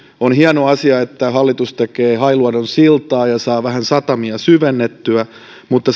on hieno asia että hallitus tekee hailuodon siltaa ja saa vähän satamia syvennettyä mutta